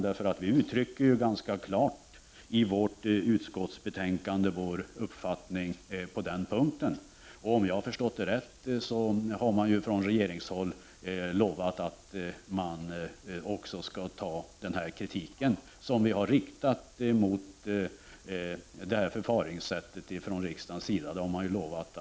I utskottsbetänkandet uttrycker vi ganska klart vår uppfattning på den punkten. Om jag har förstått det rätt har man från regeringshåll lovat att vara uppmärksam på de förhållanden som riksdagen har riktat kritik mot.